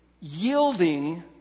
yielding